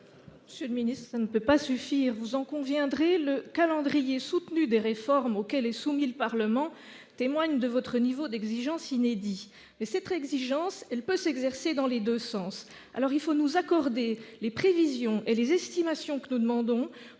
Monsieur le ministre, cela ne peut pas suffire. Vous en conviendrez, le calendrier soutenu des réformes auquel est soumis le Parlement témoigne de votre niveau d'exigence inédit. Cependant, cette exigence doit pouvoir s'exercer dans les deux sens. Aussi, il faut nous accorder les prévisions et les estimations que nous demandons,